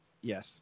Yes